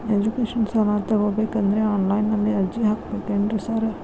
Education ಸಾಲ ತಗಬೇಕಂದ್ರೆ online ನಲ್ಲಿ ಅರ್ಜಿ ಹಾಕ್ಬೇಕೇನ್ರಿ ಸಾರ್?